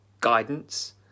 guidance